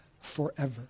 forever